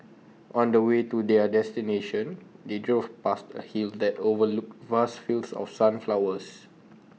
on the way to their destination they drove past A hill that overlooked vast fields of sunflowers